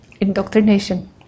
indoctrination